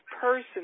person